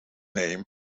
name